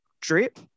drip